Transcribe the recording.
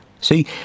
See